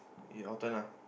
your turn lah